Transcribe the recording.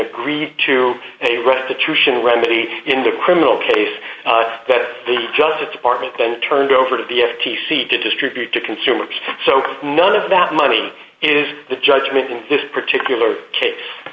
agrees to pay restitution remedy in the criminal case where the justice department then turned over to the f t c to distribute to consumers so none of that money is the judgment in this particular case